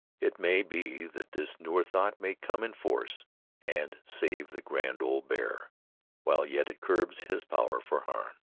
it may be that this newer thought may come in force and save the grand old bear while yet it curbs his power for harm.